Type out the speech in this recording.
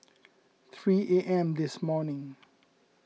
three A M this morning